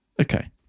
Okay